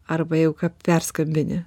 arba jeigu ką perskambinti